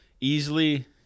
easily